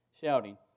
shouting